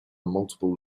multiple